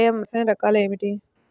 వ్యవసాయ రకాలు ఏమిటి?